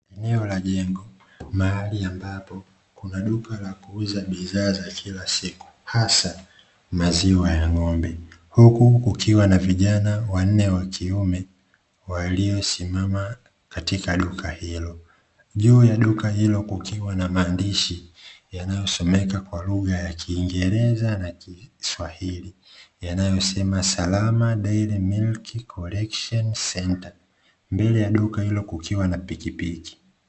Eneo la jengo, mahali ambapo kuna duka la kuuza bidhaa za kila siku, hasa maziwa ya ngombe, huku kukiwa na vijana wanne wa kiume waliosimama katika duka hilo, juu ya duka hilo kukiwa na maandishi yanayosomeka kwa lugha ya kingereza na kiswahili yanayosema "SALAMA DAILY MILK COLLECTION CENTRE", mbele ya duka hilo kukiwa na pikipiki.